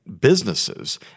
businesses